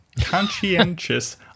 Conscientious